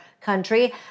country